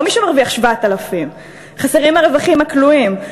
לא מי שמרוויח 7,000. חסרים הרווחים הכלואים,